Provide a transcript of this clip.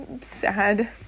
sad